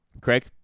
Craig